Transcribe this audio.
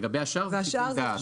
לגבי השאר זה בשיקול דעת.